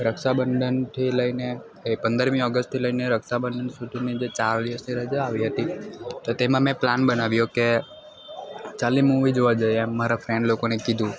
રક્ષાબંધનથી લઈને એ પંદરમી ઓગસ્ટથી લઈને રક્ષાબંધન સુધીની જે ચાર દિવસની રજા આવી હતી તો તેમાં મેં પ્લાન બનાવ્યો કે ચાર્લી મૂવી જોવા જઈએ એમ મારા ફ્રેન્ડ લોકોને કીધું